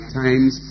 times